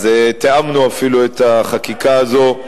תיאמנו אפילו את החקיקה הזאת,